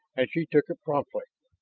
and she took it promptly.